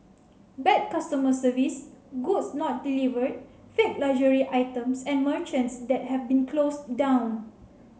bad customer service goods not delivered fake luxury items and merchants that have been closed down